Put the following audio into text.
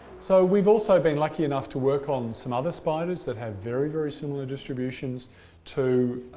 so we've also been lucky enough to work on some other spiders that have very, very similar distributions to